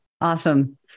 Awesome